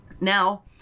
Now